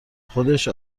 خودش